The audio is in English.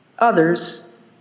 Others